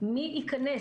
מי יכנס.